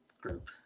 group